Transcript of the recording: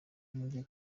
yongeye